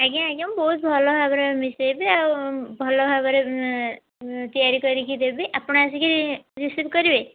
ଆଜ୍ଞା ଆଜ୍ଞା ମୁଁ ବହୁତ ଭଲ ଭାବରେ ମିଶେଇବିଆଉ ଭଲ ଭାବରେ ତିଆରି କରିକି ଦେବି ଆପଣ ଆସିକି ରିସିଭ୍ କରିବେ